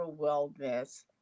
wellness